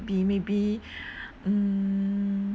be maybe mm